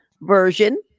version